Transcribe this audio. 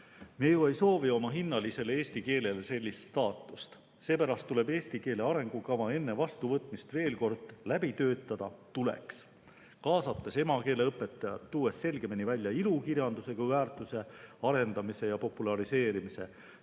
ju ei soovi oma hinnalisele eesti keelele sellist saatust. Loone Otsa arvates tuleks eesti keele arengukava enne vastuvõtmist veel kord läbi töötada, kaasates emakeeleõpetajaid, tuues selgemini välja ilukirjanduse kui väärtuse arendamise ja populariseerimise